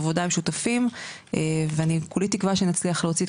עבודה עם שותפים ואני כולי תקווה שנצליח להוציא את